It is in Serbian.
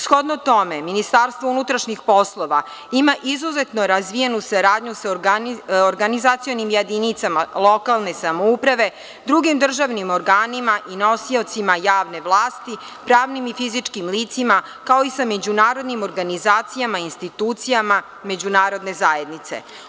Shodno tome, MUP ima izuzetno razvijenu saradnju sa organizacionim jedinicama lokalne samouprave, drugim državnim organima i nosiocima javne vlasti, pravnim i fizičkim licima, kao i sa međunarodnim organizacijama, institucijama međunarodne zajednice.